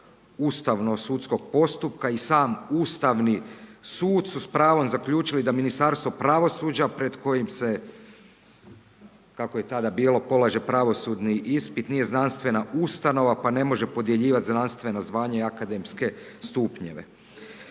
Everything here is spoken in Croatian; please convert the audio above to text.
ustavno sudskog postupka i sam ustavni sud su s pravom zaključili da Ministarstvo pravosuđa pred kojim se kako je tada bilo polaže pravosudni ispit. Nije znanstvena ustanova pa ne može podjeljivati znanstvena zvanja i akademske stupnjeve.